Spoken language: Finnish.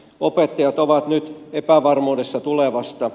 opettajat ovat nyt epävarmuudessa tulevasta